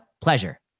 pleasure